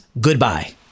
Goodbye